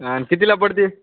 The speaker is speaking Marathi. हा कितीला पडते